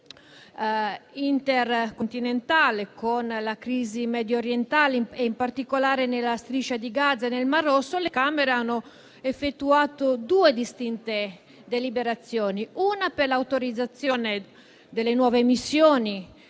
intercontinentale, con la crisi mediorientale e in particolare nella Striscia di Gaza e nel Mar Rosso, le Camere hanno effettuato due distinte deliberazioni: una per l'autorizzazione delle nuove missioni,